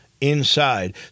inside